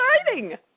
exciting